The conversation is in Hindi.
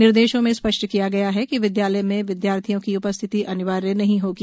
निर्देशों में स्पष्ट किया गया है कि विद्यालय में विद्यार्थियों की उपस्थिति अनिवार्य नहीं होगी